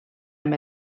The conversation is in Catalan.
amb